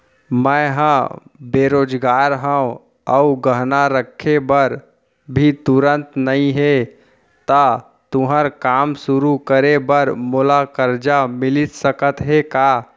मैं ह बेरोजगार हव अऊ गहना रखे बर भी तुरंत नई हे ता तुरंत काम शुरू करे बर मोला करजा मिलिस सकत हे का?